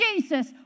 Jesus